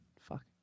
Fuck